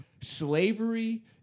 slavery